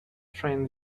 train